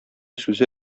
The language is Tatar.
сүзе